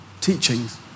teachings